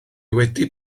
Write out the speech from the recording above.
wedi